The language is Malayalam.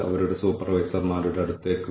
അതിനാൽ ഞാൻ അവധിക്ക് അപേക്ഷിക്കരുത്